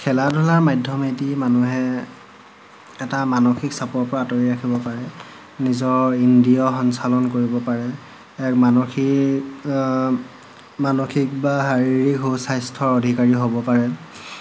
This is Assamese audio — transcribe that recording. খেলা ধূলা মাধ্যমেদি মানুহে এটা মানসিক চাপৰ পৰা আঁতৰি ৰাখিব পাৰে নিজৰ ইন্দ্ৰিয় সঞ্চালন কৰিব পাৰে নিজৰ এক মানসিক মানসিক বা শাৰীৰিক সু স্বাস্থ্যৰ অধিকাৰী হ'ব পাৰে